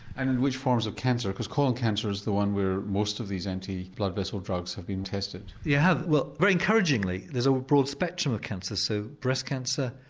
and in which forms of cancer? because colon cancer is the one where most of these anti blood vessel drugs have been tested. yeah yes. well, very encouragingly there's a broad spectrum of cancer, so breast cancer,